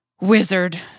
Wizard